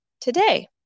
today